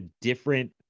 different